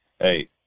Hey